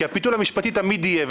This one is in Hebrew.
כי הפיתול המשפטי תמיד יהיה.